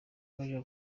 baja